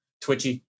twitchy